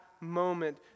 moment